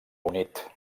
unit